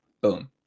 boom